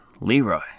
Leroy